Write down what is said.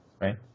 right